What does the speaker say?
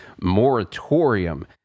moratorium